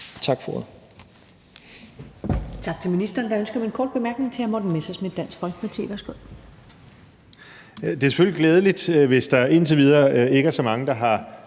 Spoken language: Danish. Tak for ordet.